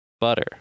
butter